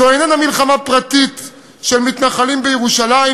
זו איננה מלחמה פרטית של מתנחלים בירושלים,